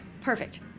Perfect